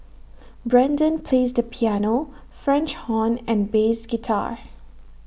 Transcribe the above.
Brendan plays the piano French horn and bass guitar